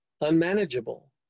unmanageable